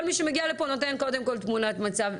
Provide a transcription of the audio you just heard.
כל מי שמגיע פה נותן קודם כל תמונת מצב.